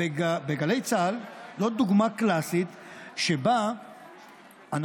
גלי צה"ל זאת דוגמה קלאסית שבה אנשים,